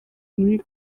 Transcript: muri